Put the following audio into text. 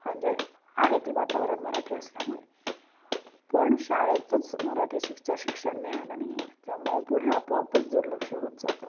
म्हणजे आहे ते वातावरण मराठी असल्यामुळे पण शाळेतच मराठी शिकचं शिक्षण मिळालं नाही आहे त्यामुळे पुढे आपोआपच दुर्लक्ष होत जातं